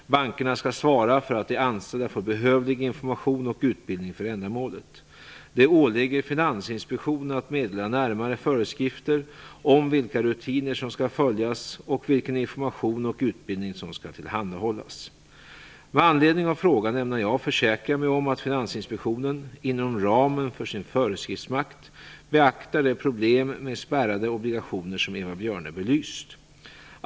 Bankerna skall svara för att de anställda får behövlig information och utbildning för ändamålet. Det åligger Finansinspektionen att meddela närmare föreskrifter om vilka rutiner som skall följas och vilken information och utbildning som skall tillhandahållas. Med anledning av frågan ämnar jag försäkra mig om att Finansinspektionen, inom ramen för sin föreskriftsmakt, beaktar det problem med spärrade obligationer som Eva Björne belyst.